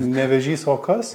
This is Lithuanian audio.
ne vėžys o kas